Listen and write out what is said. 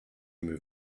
move